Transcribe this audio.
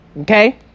Okay